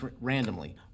randomly